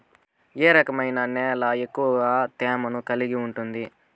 ఏ రకమైన నేల ఎక్కువ తేమను కలిగి ఉంటుంది?